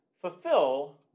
fulfill